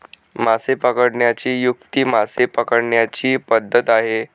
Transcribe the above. मासे पकडण्याची युक्ती मासे पकडण्याची पद्धत आहे